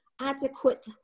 adequate